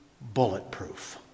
bulletproof